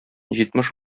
җитмеш